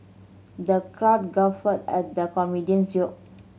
the crowd guffawed at the comedian's joke